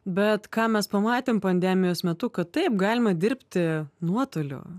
bet ką mes pamatėm pandemijos metu kad taip galima dirbti nuotoliu